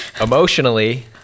Emotionally